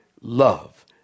love